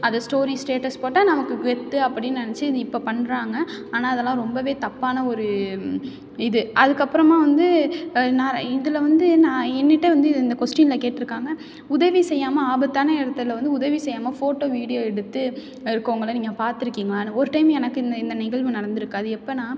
அதை story status போட்டால் நமக்கு கெத்து அப்படின்னு நெனைச்சி இது இப்போ பண்ணுறாங்க ஆனால் அதெல்லாம் ரொம்ப தப்பான ஒரு இது அதுக்கப்புறமா வந்து நான் இதில் வந்து நான் என்ட்ட வந்து இந்த கொஸ்டினில் கேட்டிருக்காங்க உதவி செய்யாமல் ஆபத்தான இடத்துல வந்து உதவி செய்யாமல் ஃபோட்டோ வீடியோ எடுத்து இருக்கவங்கள நீங்கள் பார்த்துருக்கீங்களான்னு ஒரு டைம் எனக்கு இந்த இந்த நிகழ்வு நடந்திருக்கு அது எப்போனா